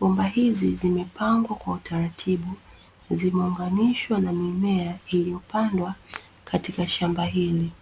Bomba hizi zimepangwa kwa utaratibu zimeunganishwa na mimea iliyopandwa katika shamba hili.